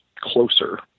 closer